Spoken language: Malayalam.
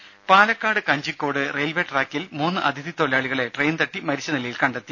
രമ പാലക്കാട് കഞ്ചിക്കോട് റെയിൽവേ ട്രാക്കിൽ മൂന്ന് അതിഥി തൊഴിലാളികളെ ട്രെയിൻതട്ടി മരിച്ച നിലയിൽ കണ്ടെത്തി